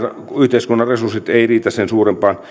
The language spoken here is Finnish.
yhteiskunnan resurssit eivät riitä sen suurempaan